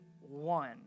one